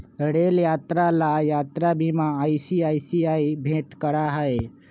rail यात्रा ला यात्रा बीमा आई.सी.आई.सी.आई भेंट करा हई